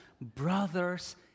brothers